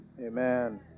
Amen